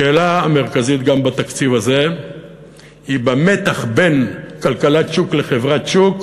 השאלה המרכזית גם בתקציב הזה היא במתח שבין כלכלת שוק לחברת שוק,